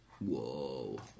Whoa